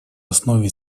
основе